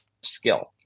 skill